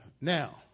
now